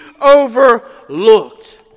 overlooked